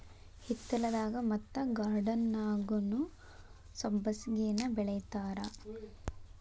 ಹಿತ್ತಲದಾಗ ಮತ್ತ ಗಾರ್ಡನ್ದಾಗುನೂ ಸಬ್ಬಸಿಗೆನಾ ಬೆಳಿತಾರ